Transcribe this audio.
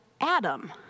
Adam